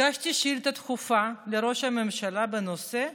הגשתי שאילתה דחופה לראש הממשלה בנושא,